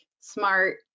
smart